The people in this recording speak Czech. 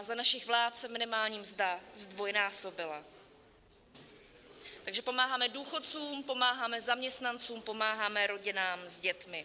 Za našich vlád se minimální mzda zdvojnásobila, takže pomáháme důchodcům, pomáháme zaměstnancům, pomáháme rodinám s dětmi.